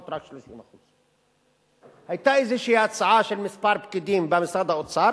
רק 30%. היתה איזו הצעה של כמה פקידים במשרד האוצר,